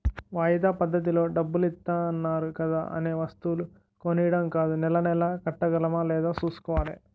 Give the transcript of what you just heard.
వాయిదా పద్దతిలో డబ్బులిత్తన్నారు కదా అనే వస్తువులు కొనీడం కాదూ నెలా నెలా కట్టగలమా లేదా సూసుకోవాలి